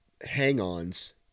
hang-ons